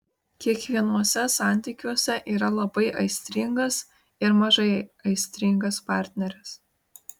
kiekvienuose santykiuose yra labai aistringas ir mažai aistringas partneris